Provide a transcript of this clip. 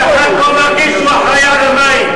כל אחד פה מרגיש שהוא אחראי למים.